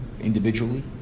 individually